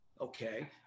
Okay